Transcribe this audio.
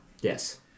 Yes